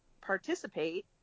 participate